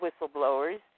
whistleblowers